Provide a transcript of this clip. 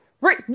right